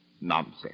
nonsense